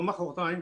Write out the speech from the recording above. לא מוחרתיים,